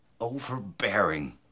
overbearing